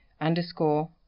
underscore